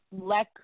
let